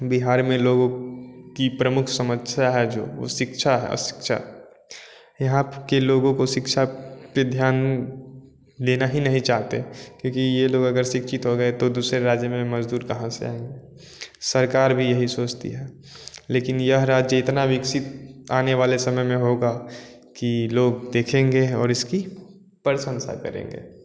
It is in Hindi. बिहार में लोगों की प्रमुख समस्या है जो वह शिक्षा है अशिक्षा यहाँ के लोगों को शिक्षा पर ध्यान देना ही नहीं चाहते क्योंकि यह लोग अगर शिक्षित हो गए तो दूसरे राज्य में भी मज़दूर कहाँ से आएँगे सरकार भी यही सोचती है लेकिन यह राज्य इतना विकसित आने वाले समय में होगा की लोग देखेंगे और इसकी प्रशंसा करेंगे